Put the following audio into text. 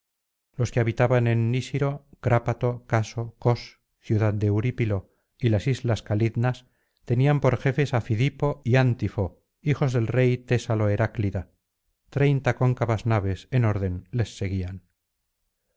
los que habitaban en nísiro crápato caso cos ciudad de eurípilo y las islas calidnas tenían por jefes á fidipo y a n tifo hijos del rey tésalo heraclida treinta cóncavas naves en orden les seguían